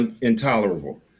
intolerable